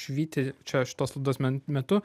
švyti čia šitos laidos men metu